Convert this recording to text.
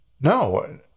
No